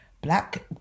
black